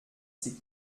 ses